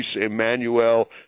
Emmanuel